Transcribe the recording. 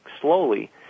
slowly